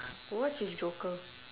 what's with joker